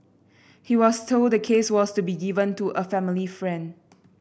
he was told the case was to be given to a family friend